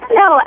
no